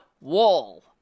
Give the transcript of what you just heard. wall